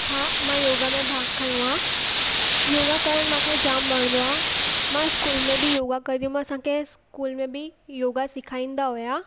हा मां योगा में भाॻु खंयो आहे योगा करणु मूंखे वणंदो आहे मां स्कूल में बि योगा कॾहिं मां असांखे स्कूल में बि योगा सेखारींदा हुया